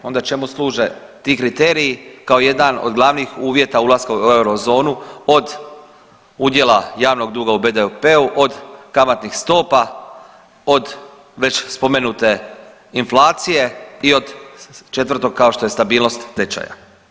Onda čemu služe ti kriteriji kao jedan od glavnih uvjeta ulaska u eurozonu od odjela javnog duga u BDP-u, od kamatnih stopa, od već spomenute inflacije i od četvrtog kao što je stabilnost tečaja?